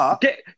Get